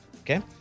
Okay